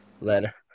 later